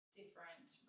different